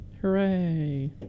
Hooray